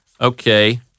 Okay